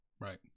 Right